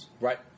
Right